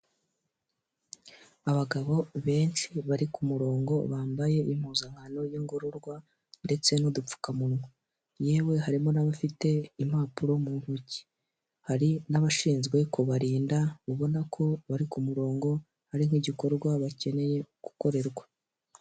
Abagabo benshi bari ku murongo bambaye impuzankano y'ingororwa, ndetse n'udupfukamunwa, yewe harimo n'abafite impapuro mu ntoki, hari n'abashinzwe kubarinda ubona ko bari ku murongo ari nk'igikorwa bakeneye gukorerwa.